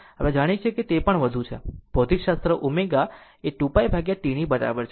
આ જાણે છે કે તે પણ વધુ છે ભૌતિકશાસ્ત્ર ω એ 2π T બરાબર છે